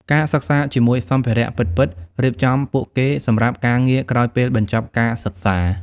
ការសិក្សាជាមួយសម្ភារៈពិតៗរៀបចំពួកគេសម្រាប់ការងារក្រោយពេលបញ្ចប់ការសិក្សា។